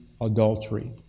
adultery